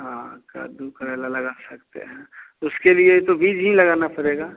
हाँ कद्दू करेला लगा सकते हैं उसके लिए बीज ही लगाना पड़ेगा